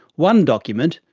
one document,